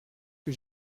que